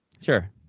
Sure